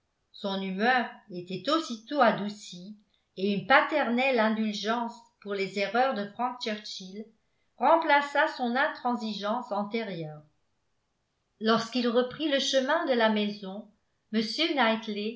son humeur était aussitôt adoucie et une paternelle indulgence pour les erreurs de frank churchill remplaça son intransigeance antérieure lorsqu'il reprit le chemin de la maison